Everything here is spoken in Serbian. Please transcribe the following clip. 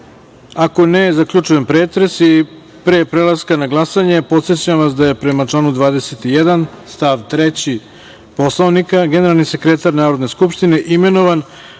ne, zaključujem pretres i pre prelaska na glasanje podsećam vas da je prema članu 21. stav 3. Poslovnika generalni sekretar Narodne skupštine imenovan